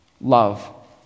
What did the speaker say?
love